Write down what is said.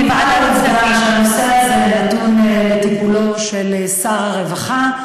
הנושא הזה נתון לטיפולו של שר הרווחה.